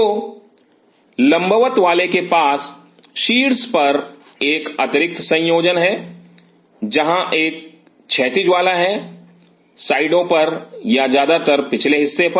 तो लंबवत वाले के पास शीर्ष पर एक अतिरिक्त संयोजन है जहां एक क्षैतिज वाला है साइडों पर या ज्यादातर पिछले हिस्से पर